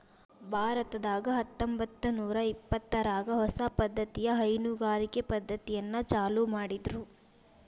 ಭಾರತದಾಗ ಹತ್ತಂಬತ್ತನೂರಾ ಇಪ್ಪತ್ತರಾಗ ಹೊಸ ಪದ್ದತಿಯ ಹೈನುಗಾರಿಕೆ ಪದ್ದತಿಯನ್ನ ಚಾಲೂ ಮಾಡಿದ್ರು